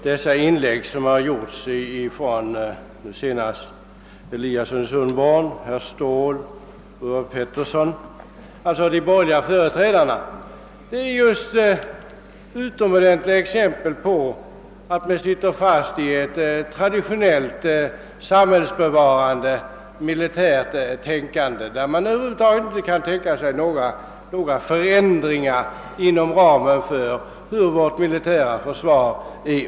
De inlägg som har gjorts av herr Eliasson i Sundborn, herr Ståhl och herr Petersson, d. v. s. företrädarna för de borgerliga partierna, är utomordentliga exempel på att man sitter fast i ett traditionellt samhällsbevarande militärt tänkande; man kan över huvud taget inte tänka sig några förändringar i organisationen av vårt militära försvar.